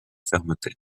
fermeté